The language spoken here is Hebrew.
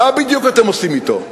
מה בדיוק אתם עושים אתו.